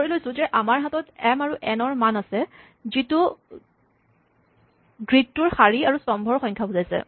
ধৰি লৈছো যে আমাৰ হাতত এম আৰু এন ৰ মান আছে যি গ্ৰীডটোৰ শাৰী আৰু স্তম্ভৰ সংখ্যা সূচাইছে